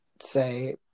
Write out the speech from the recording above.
say